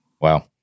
Wow